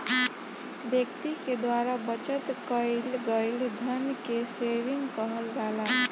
व्यक्ति के द्वारा बचत कईल गईल धन के सेविंग कहल जाला